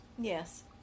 Yes